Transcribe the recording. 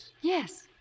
Yes